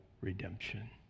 redemption